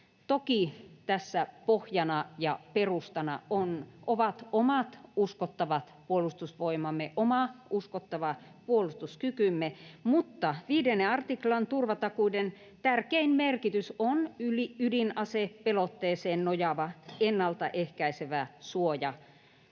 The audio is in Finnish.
Toki tässä pohjana ja perustana ovat omat uskottavat puolustusvoimamme, oma uskottava puolustuskykymme, mutta 5 artiklan turvatakuiden tärkein merkitys on ydinasepelotteeseen nojaava ennaltaehkäisevä suoja,